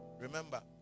Remember